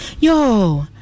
yo